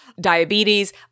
diabetes